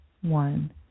one